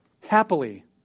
Happily